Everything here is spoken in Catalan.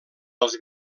als